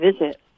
visit